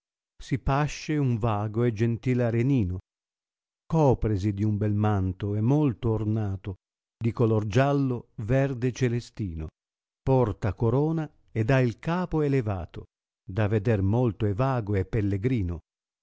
si pasce un vago e gentil arenino copresi di un bel manto e molto ornato di color giallo verde e celestino porta corona ed ha il capo elevato da veder molto è vago e pellegrino